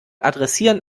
adressieren